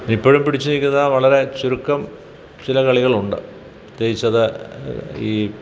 ഇപ്പോഴും പിടിച്ച് നിൽക്കുന്ന വളരെ ചുരുക്കം ചില കളികളുണ്ട് പ്രത്യേകിച്ച് അത് ഈ